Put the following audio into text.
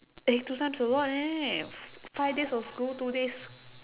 eh two times a lot eh five days of school two days